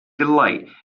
delight